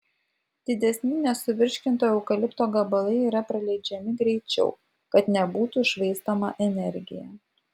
didesni nesuvirškinto eukalipto gabalai yra praleidžiami greičiau kad nebūtų švaistoma energija